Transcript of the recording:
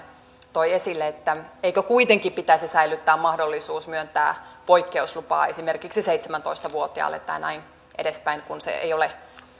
toi esille että eikö kuitenkin pitäisi säilyttää mahdollisuus myöntää poikkeuslupa esimerkiksi seitsemäntoista vuotiaalle tai näin edespäin kun se ei ole